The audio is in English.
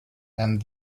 and